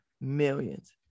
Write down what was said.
millions